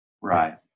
Right